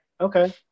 Okay